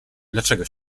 dlaczego